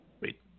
Wait